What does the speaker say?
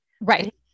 right